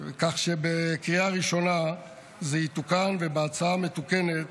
כך שבקריאה ראשונה זה יתוקן, ובהצעה המתוקנת